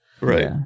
Right